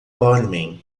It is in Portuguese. barman